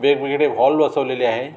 वेगवेगडे हॉल बसवलेले आहे